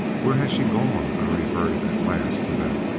where has she gone? i reverted at last to that.